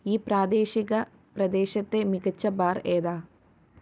ഈ പ്രാദേശിക പ്രദേശത്തെ മികച്ച ബാർ ഏതാണ്